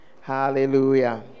Hallelujah